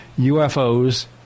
UFOs